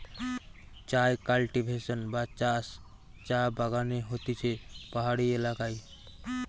চায় কাল্টিভেশন বা চাষ চা বাগানে হতিছে পাহাড়ি এলাকায়